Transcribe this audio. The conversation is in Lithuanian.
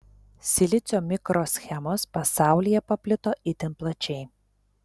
silicio mikroschemos pasaulyje paplito itin plačiai